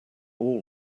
all